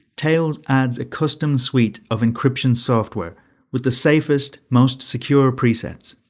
tails adds a custom suite of encryption software with the safest, most secure presets.